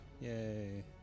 Yay